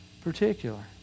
Particular